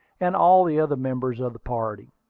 and all the other members of the party.